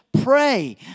Pray